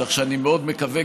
כך שאני מאוד מקווה,